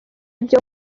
ibyo